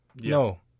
No